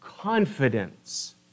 confidence